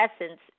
essence